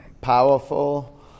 powerful